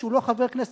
כשהוא לא חבר כנסת,